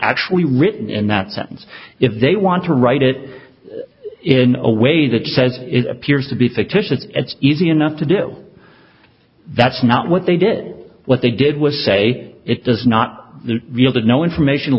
actually written in that sentence if they want to write it in a way that said it appears to be fictitious it's easy enough to do that's not what they did what they did was say it does not real that no information